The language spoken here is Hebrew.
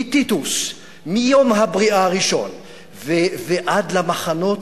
מטיטוס, מיום הבריאה הראשון ועד למחנות,